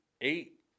Eight